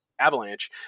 Avalanche